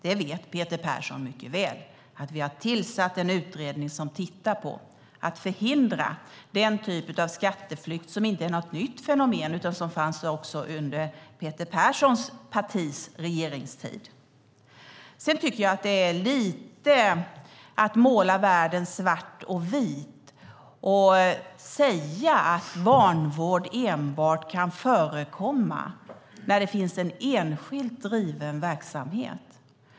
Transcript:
Peter Persson vet mycket väl att vi har tillsatt en utredning som tittar på att förhindra den typen av skatteflykt som inte är någon nytt fenomen utan som också fanns under Peter Perssons partis regeringstid. Det är lite att måla världen svart och vit att säga att vanvård enbart kan förekomma när det finns en enskilt driven verksamhet.